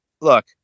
look